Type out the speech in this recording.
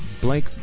Blank